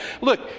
Look